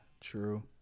true